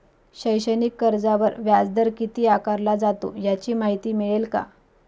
शैक्षणिक कर्जावर व्याजदर किती आकारला जातो? याची माहिती मिळेल का?